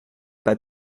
pas